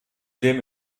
dem